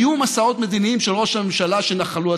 היו מסעות מדיניים של ראש הממשלה שנחלו הצלחה.